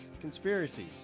conspiracies